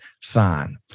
sign